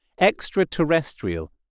Extraterrestrial